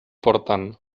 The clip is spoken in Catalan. porten